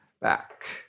back